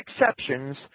exceptions